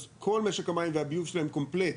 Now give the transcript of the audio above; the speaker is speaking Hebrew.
אז כל משק המים והביוב שלהם קומפלט